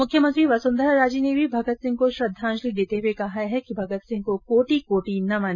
मुख्यमंत्री वसुंधरा राजे ने भी भगत सिंह को श्रद्धाजंलि देते हुए कहा है कि मगत सिंह को कोटि कोटि नमन